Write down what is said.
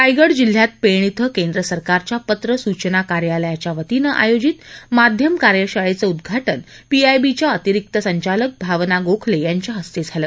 रायगड जिल्ह्यात पेण इथं केंद्र सरकारच्या पत्र सुचना कार्यालयाच्यावतीनं आयोजित माध्यम कार्यशाळेचं उद्घाटन पीआयबीच्या अतिरिक्त संचालक भावना गोखले यांच्या हस्ते झालं